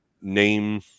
name